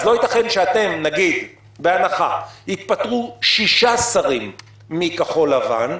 אז לא ייתכן שבהנחה שיתפטרו שישה שרים מכחול לבן,